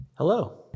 Hello